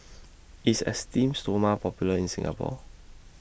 IS Esteem Stoma Popular in Singapore